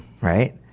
Right